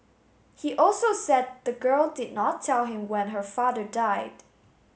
he also said the girl did not tell him when her father died